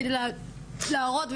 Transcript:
כדי להראות,